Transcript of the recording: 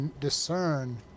discern